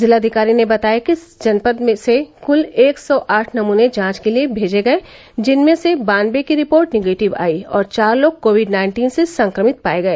जिलाधिकारी ने बताया कि जनपद से कुल एक सौ आठ नमूने जांच के लिए भेजे गए जिनमें से बानवे की रिपोर्ट निगेटिव आयी और चार लोग कोविड नाइन्टीन से संक्रमित पाए गए